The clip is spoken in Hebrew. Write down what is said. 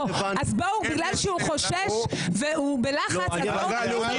אומרים על יושב-ראש ועדת חוקה מכהן שמדבר על היועץ המשפטי לשעבר.